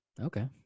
Okay